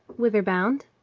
whither bound?